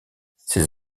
ces